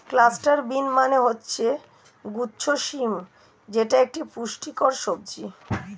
cluster bean মানে হচ্ছে গুচ্ছ শিম যেটা একটা পুষ্টিকর সবজি